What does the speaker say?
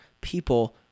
people